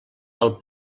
del